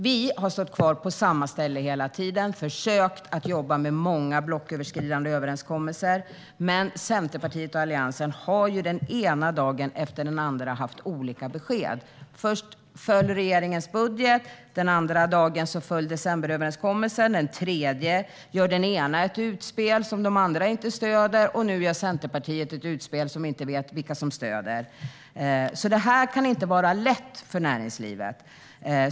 Vi har stått kvar på samma ställe hela tiden och försökt att jobba med många blocköverskridande överenskommelser. Men Centerpartiet och den övriga Alliansen har den ena dagen efter den andra gett olika besked. Först föll regeringens budget. En annan dag föll decemberöverenskommelsen. En tredje dag gör den ena ett utspel som de andra inte stöder. Och nu gör Centerpartiet ett utspel som vi inte vet vilka som stöder. Detta kan inte vara lätt för näringslivet.